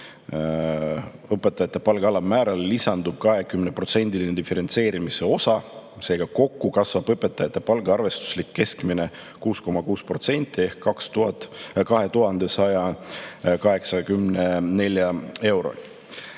õpetajate palga alammäärale lisandub 20%-line diferentseerimise osa, seega kokku kasvab õpetajate palga arvestuslik keskmine 6,6% ehk 2184 euroni.